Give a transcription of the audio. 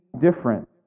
different